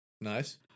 Nice